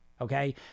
Okay